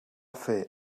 fer